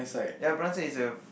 ya blinds is a